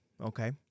okay